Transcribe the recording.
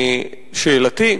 שאלתי,